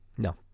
No